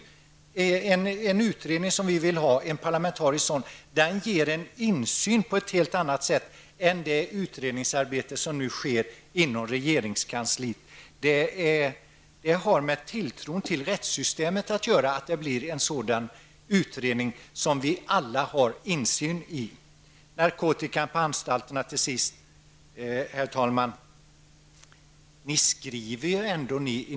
En sådan parlamentarisk utredning som vi vill ha ger en insyn på ett helt annat sätt än det utredningsarbete som sker inom regeringskansliet. Det har med tilltron till rättssystemet att göra, att vi får en sådan utredning som vi alla har insyn i. Herr talman! Jag vill till sist ta upp narkotikan på anstalterna.